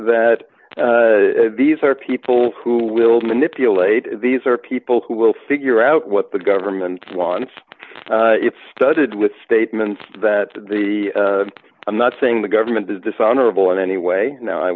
that these are people who will manipulate these are people who will figure out what the government wants it's studded with statements that the i'm not saying the government is dishonorable in any way no i